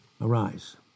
Arise